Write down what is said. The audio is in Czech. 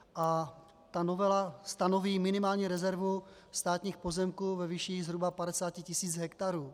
A novela stanoví minimální rezervu státních pozemků ve výši zhruba 50 tisíc hektarů.